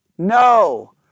No